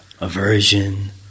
aversion